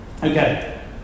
Okay